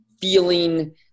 feeling